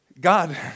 God